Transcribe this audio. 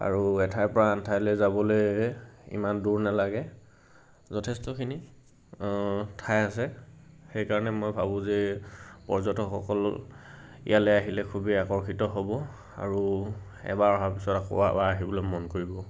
আৰু এঠাইৰ পৰা আন ঠাইলে যাবলৈ ইমান দূৰ নালাগে যথেষ্টখিনি ঠাই আছে সেইকাৰণে মই ভাবোঁ যে পৰ্যটকসকল ইয়ালে আহিলে খুবেই আকৰ্ষিত হ'ব আৰু এবাৰ অহাৰ পিছত আকৌ এবাৰ আহিবলে মন কৰিব